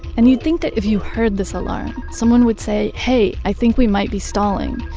and you'd think that if you heard this alarm someone would say hey, i think we might be stalling.